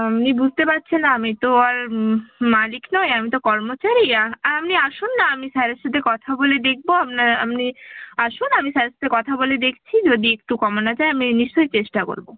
আপনি বুঝতে পারছেন আমি তো আর মালিক নই আমি তো কর্মচারী আপনি আসুন না আমি স্যারের সাথে কথা বলে দেখব আপনি আসুন আমি স্যারের সাথে কথা বলে দেখছি যদি একটু কমানো যায় আমি নিশ্চই চেষ্টা করব